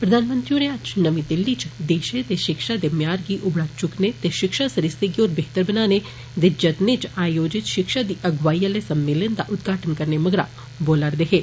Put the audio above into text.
प्रधानमंत्री होर अज्ज नमीं दिल्ली च देषै च षिक्षा दे मेय्यार गी उबड़ा चुकने ते षिक्षा सरिस्ते गी होर बेहतर बनाने दे जत्तनें च आयोजित 'षिक्षा दी अगुवाई आले सम्मेलन दा उदघाटन करने मगरा बोला'रदे हे